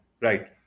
Right